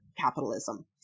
capitalism